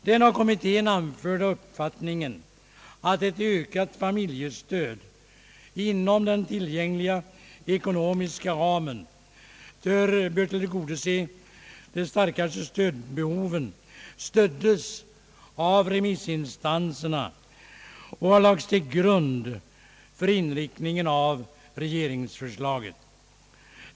Den av kommittén anförda uppfattningen, att ett ökat familjestöd inom dén tillgängliga ekonomiska ramen bör tillgodose de starkaste stödbehoven, stöddes av remissinstanserna och har lagts till grund för inriktningen av regeringsförslaget.